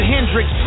Hendrix